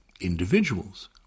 individuals